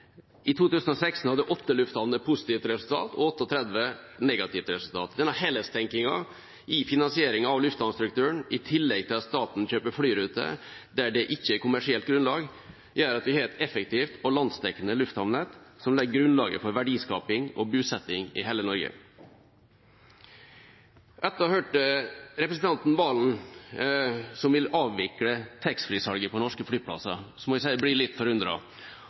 I 2016 hadde 8 lufthavner positivt resultat og 38 negativt resultat. Denne helhetstenkningen i finansieringen av lufthavnstrukturen, i tillegg til at staten kjøper flyruter der det ikke er kommersielt grunnlag, gjør at vi har et effektivt og landsdekkende lufthavnnett som legger grunnlaget for verdiskaping og bosetting i hele Norge. Etter å ha hørt representanten Serigstad Valen, som vil avvikle taxfree-salget på norske flyplasser, må jeg si jeg blir litt